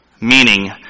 Meaning